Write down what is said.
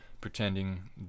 pretending